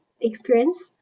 experience